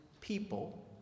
people